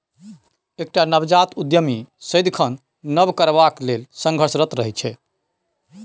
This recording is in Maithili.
एकटा नवजात उद्यमी सदिखन नब करबाक लेल संघर्षरत रहैत छै